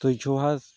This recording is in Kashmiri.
تُہۍ چھِو حظ